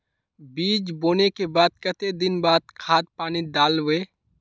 बीज बोले के बाद केते दिन बाद खाद पानी दाल वे?